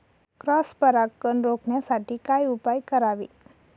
Cross परागकण रोखण्यासाठी काय उपाय करावे?